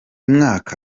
mwaka